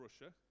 Russia